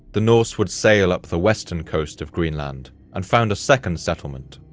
the norse would sail up the western coast of greenland and found a second settlement.